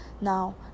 now